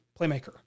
playmaker